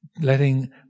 letting